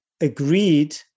agreed